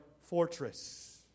fortress